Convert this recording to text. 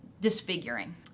disfiguring